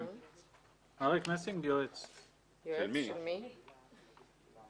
אם אני זוכר נכון,